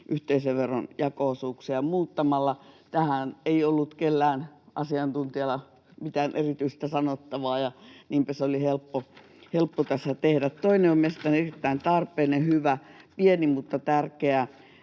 yhteisöveron jako-osuuksia muuttamalla. Tähän ei ollut kellään asiantuntijalla mitään erityistä sanottavaa, ja niinpä se oli helppo tässä tehdä. Toinen on mielestäni erittäin tarpeellinen, hyvä, pieni mutta tärkeä